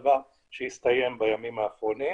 דבר שהסתיים בימים האחרונים.